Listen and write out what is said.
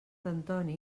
antoni